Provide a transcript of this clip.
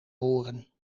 oren